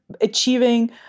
achieving